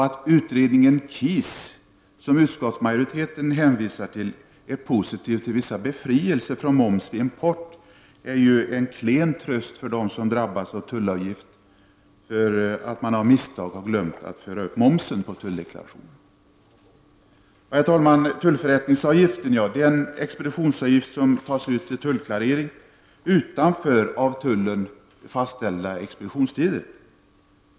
Att utredningen KIS, som utskottsmajoriteten hänvisar till, är positiv till vissa befrielser från moms vid import är en klen tröst för dem som drabbas av tullavgift för att de av misstag glömt att föra upp momsen på tulldeklarationen. Herr talman! Tullförrättningsavgiften är en expeditionsavgift som tas ut vid tullklarering utanför av tullen fastställda expeditionstider.